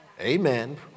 Amen